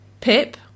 Pip